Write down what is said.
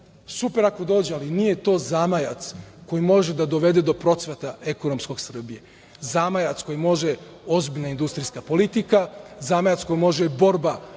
Super ako dođe, ali nije to zamajac koji može da dovede do procvata ekonomskog Srbije. Zamajac koji može je ozbiljna industrijska politika, zamajac koji može je borba